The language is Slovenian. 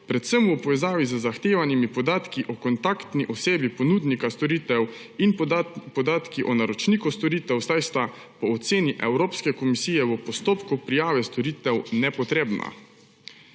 predvsem v povezavi z zahtevanimi podatki o kontaktni osebi ponudnika storitev in podatki o naročniku storitev, saj sta po oceni Evropske komisije v postopku prijave storitev nepotrebna.